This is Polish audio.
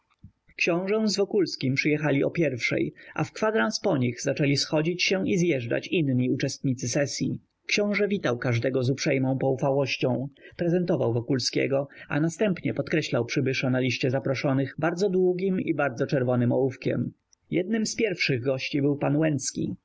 książe z wokulskim przyjechali o pierwszej a w kwadrans po nich zaczęli schodzić się i zjeżdżać inni uczestnicy sesyi książe witał każdego z uprzejmą poufałością prezentował wokulskiego a następnie podkreślał przybysza na liście zaproszonych bardzo długim i bardzo czerwonym ołówkiem jednym z pierwszych gości był pan łęcki